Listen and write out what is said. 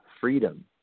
freedom